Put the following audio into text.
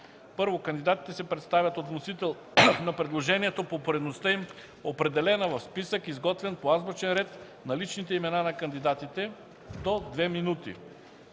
1. Кандидатите се представят от вносител на предложението по поредността им, определена в списък, изготвен по азбучен ред на личните имената на кандидатите – до 2 минути.